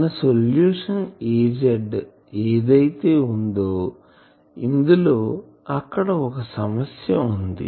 మన solution Az ఏదైతే ఉందొ ఇందులో ఇక్కడ ఒక సమస్య ఉంది